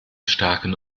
starken